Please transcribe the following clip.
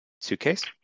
Suitcase